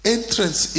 Entrance